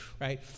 Right